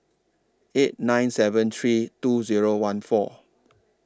eight nine seven three two Zero one four